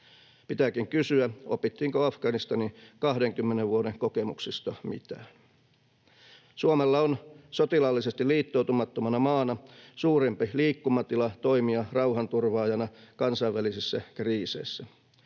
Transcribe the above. Pitääkin kysyä, opittiinko Afganistanin 20 vuoden kokemuksista mitään. Suomella on sotilaallisesti liittoutumattomana maana suurempi liikkumatila toimia rauhanturvaajana kansainvälisissä kriiseissä.